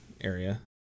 area